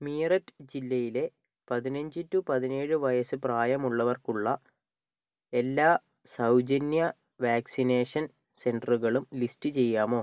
മീററ്റ് ജില്ലയിലെ പതിനഞ്ച് ടു പതിനേഴ് വയസ്സ് പ്രായമുള്ളവർക്കുള്ള എല്ലാ സൗജന്യ വാക്സിനേഷൻ സെൻ്ററുകളും ലിസ്റ്റ് ചെയ്യാമോ